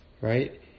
Right